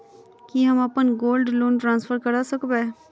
की हम अप्पन gold loan transfer करऽ सकबै?